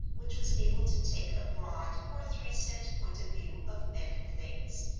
which was able to take a broad or three-cent point of view of men and things,